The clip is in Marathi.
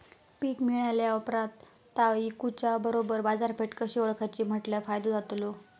पीक मिळाल्या ऑप्रात ता इकुच्या बरोबर बाजारपेठ कशी ओळखाची म्हटल्या फायदो जातलो?